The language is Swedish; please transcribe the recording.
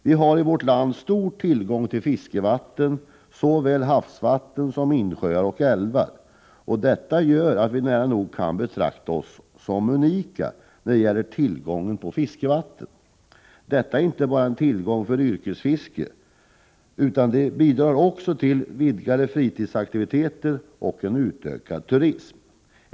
Vi har i vårt land stor tillgång på fiskevatten — såväl havsvatten som insjöar och älvar. Vi kan nära nog betrakta oss som unika när det gäller tillgång på fiskevatten. Det är inte bara en tillgång för yrkesfisket utan bidrar också till vidgade fritidsaktiviteter och en utökad turism.